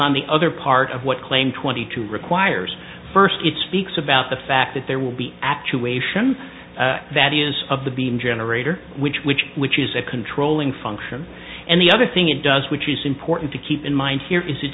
on the other part of what claim twenty two requires first it speaks about the fact that there will be actuation that is of the beam generator which which which is a controlling function and the other thing it does which is important to keep in mind here is it